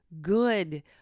good